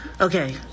Okay